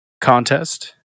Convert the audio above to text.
contest